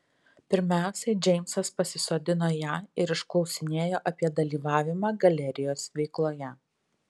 pirmiausia džeimsas pasisodino ją ir išklausinėjo apie dalyvavimą galerijos veikloje